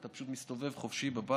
אתה פשוט מסתובב חופשי בבית,